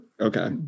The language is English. Okay